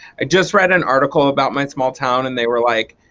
i just read an article about my small town and they were like,